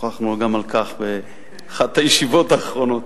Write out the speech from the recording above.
ששוחחנו גם על כך באחת הישיבות האחרונות.